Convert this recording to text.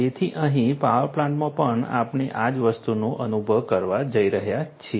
તેથી અહીં પાવર પ્લાન્ટમાં પણ આપણે આ જ વસ્તુનો અનુભવ કરવા જઈ રહ્યા છીએ